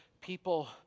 people